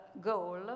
goal